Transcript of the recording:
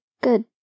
good